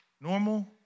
normal